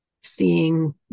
seeing